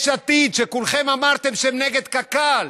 יש עתיד, שכולכם אמרתם שהם נגד קק"ל,